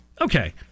Okay